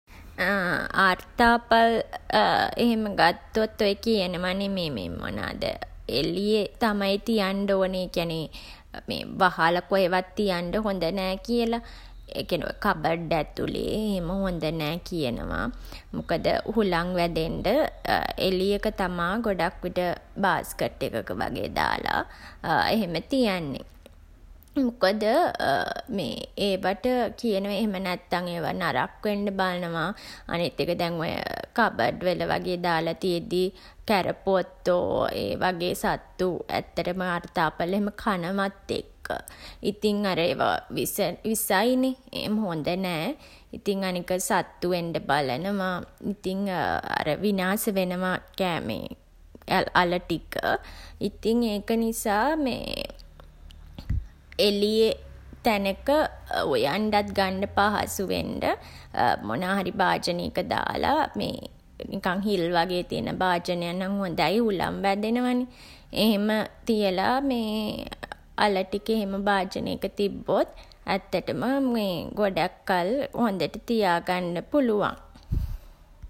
අර්තාපල් එහෙම ගත්තොත් ඔය කියනවා නේ එළියේ තමයි තියන්ඩ ඕනෙ. ඒ කියන්නේ මේ වහලා කොහෙවත් තියන්ඩ හොඳ නෑ කියලා. ඒ කියන්නේ ඔය කබඩ් ඇතුලේ එහෙම හොඳ නෑ කියනවා. මොකද හුළං වැදෙන්ඩ එළියක තමා ගොඩක් විට බාස්කට් එකක දාල එහෙම තියන්නේ. මොකද ඒවට කියනවා එහෙම නැත්තන් ඒවා නරක් වෙන්න බලනවා. අනිත් එක දැන් ඔය කබඩ් වල වගේ දාලා තියෙද්දි කැරපොත්තෝ ඒ වගේ සත්තු ඇත්තටම අර්තාපල් එහෙම කනවත් එක්ක. ඉතින් අර ඒවා විස විසයි නේ. ඒම හොඳ නෑ. ඉතින් අනික සත්තු එන්ඩ බලනවා. ඉතින් අර විනාස වෙනවා කෑම අල ටික. ඉතින් ඒක නිසා මේ එළියේ තැනක උයන්ඩත් ගන්ඩ පහසු වෙන්ඩ මොනාහරි භාජනේක දාලා මේ නිකන් හිල් වගේ තියෙන භාජනයක් නම් හොඳයි හුළං වැදෙනවා නේ. එහෙම තියලා මේ අල ටික එහෙම භාජනෙක තිබ්බොත් ඇත්තටම ගොඩක් කල් හොඳට තියාගන්න පුළුවන්.